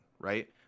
right